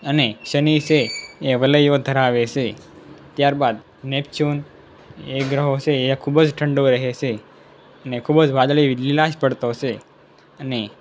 અને શનિ છે એ વલયો ધરાવે છે ત્યાર બાદ નેપ્ચ્યુન એ ગ્રહ છે એ ખૂબ જ ઠંડો રહે છે અને ખૂબ જ વાદળી લીલાશ પડતો છે અને